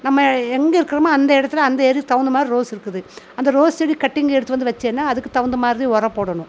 நம்ம எங்கே இருக்கிறோமோ அந்த இடத்துல அந்த ஏரியாவுக்கு தகுந்த மாதிரி ரோஸ் இருக்குது அந்த ரோஸ் செடி கட்டிங் இங்கே எடுத்து வந்து வைச்சேன்னா அதுக்கு தகுந்த மாதிரி உரம் போடணும்